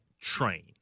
train